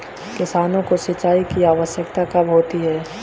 किसानों को सिंचाई की आवश्यकता कब होती है?